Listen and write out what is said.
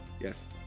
Yes